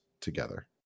together